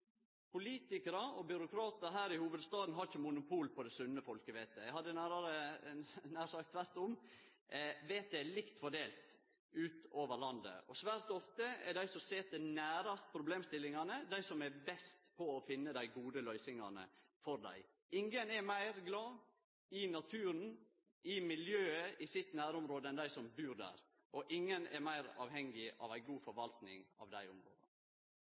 Politikarar og byråkratar her i hovudstaden har ikkje monopol på det sunne folkevettet. Eg hadde nær sagt, tvert om – vettet er likt fordelt utover landet. Svært ofte er det dei som sit nærast problemstillingane, som er best på å finne dei gode løysingane for sitt område. Ingen er meir glad i naturen og i miljøet i sitt nærområde enn dei som bur der. Og ingen er meir avhengig av ei god forvalting av dei områda.